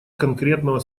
конкретного